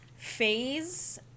phase